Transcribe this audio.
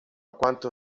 quanto